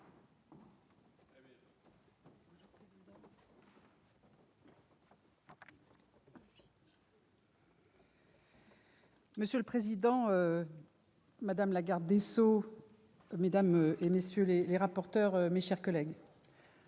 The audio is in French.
Monsieur le président, madame la garde des sceaux, madame, messieurs les rapporteurs, mes chers collègues,